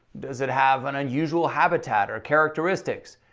does it have an unusual habitat or characteristics?